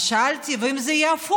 אז שאלתי, אם זה הפוך,